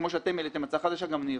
כמו שאתם העליתם הצעה חדשה גם אני יכול.